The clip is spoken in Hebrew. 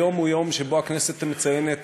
היום הוא יום שבו הכנסת מציינת